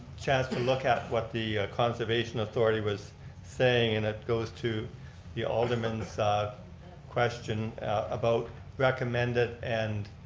chance to look at what the conservation authority was saying and it goes to the alderman's question about recommended and